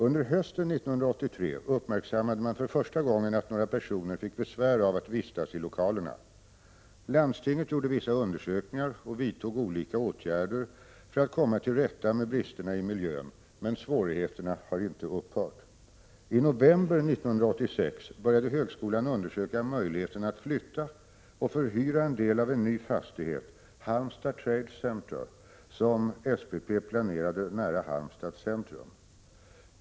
Under hösten 1983 uppmärksammade man för första gången att några personer fick besvär av att vistas i lokalerna. Landstinget gjorde vissa undersökningar och vidtog olika åtgärder för att komma till rätta med bristerna i miljön, men svårigheterna har inte upphört. I november 1986 började högskolan undersöka möjligheten att flytta och förhyra en del av en ny fastighet, Halmstad Trade Center, som SPP planerade nära Halmstads centrum.